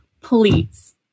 please